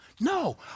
No